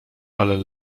ale